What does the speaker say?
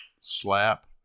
slap